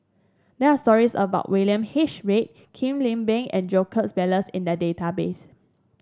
there are stories about William H Read Kwek Leng Beng and Jacob Ballas in the database